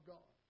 God